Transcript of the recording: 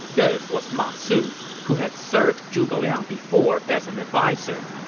this was ma su, who had served zhuge liang before as an adviser.